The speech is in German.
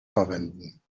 verwenden